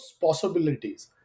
possibilities